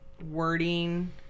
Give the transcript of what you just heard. wording